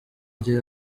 igihe